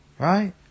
Right